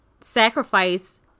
sacrifice